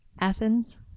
Athens